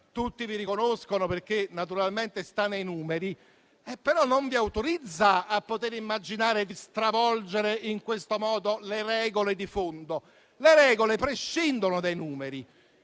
tutti vi riconoscono, perché naturalmente sta nei numeri, non vi autorizza ad immaginare di stravolgere in questo modo le regole di fondo. Le regole prescindono dai numeri;